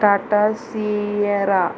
Tata Sierra